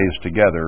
together